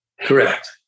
correct